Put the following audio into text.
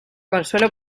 consuelo